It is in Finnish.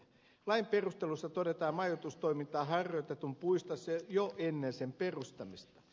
lain perusteluissa todetaan majoitustoimintaa harjoitetun puistossa jo ennen sen perustamista